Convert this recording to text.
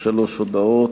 שלוש הודעות.